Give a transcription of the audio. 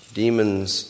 demons